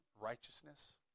righteousness